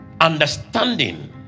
understanding